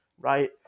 right